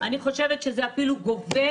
אני חושבת שזה גובל